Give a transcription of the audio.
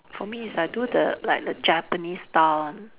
for me is I do the like the Japanese style one